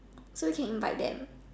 so can invite them